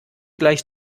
gleich